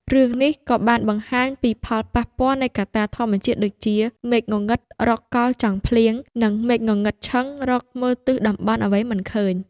រឿងនេះក៏បានបង្ហាញពីផលប៉ះពាល់នៃកត្តាធម្មជាតិដូចជា "មេឃងងឹតរកកល់ចង់ភ្លៀង" និង "មេឃងងឹតឈឹងរកមើលទិសតំបន់អ្វីមិនឃើញ"។